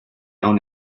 own